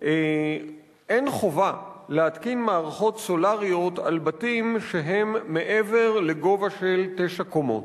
אין חובה להתקין מערכות סולריות על בתים שהם מעבר לגובה של תשע קומות.